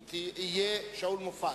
זה לא כל מרס,